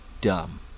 dumb